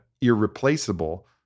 irreplaceable